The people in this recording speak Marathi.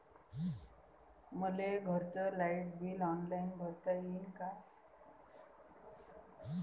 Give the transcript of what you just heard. मले घरचं लाईट बिल ऑनलाईन भरता येईन का?